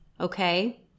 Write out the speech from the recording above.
Okay